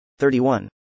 31